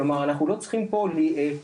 כלומר אנחנו לא צריכים פה להתפזר,